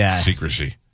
secrecy